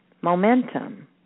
momentum